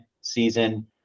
season